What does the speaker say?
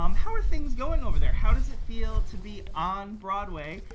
um how are things going over there? how does it feel to be on broadway,